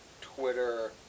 Twitter